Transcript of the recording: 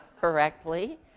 correctly